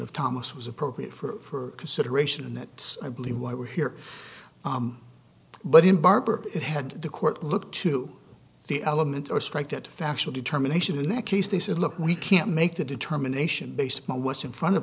of thomas was appropriate for consideration and that i believe why we're here but in barber it had the court look to the element or strike that factual determination in that case they said look we can't make the determination based on what's in front of